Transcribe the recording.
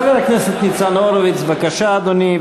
חבר הכנסת ניצן הורוביץ, בבקשה, אדוני.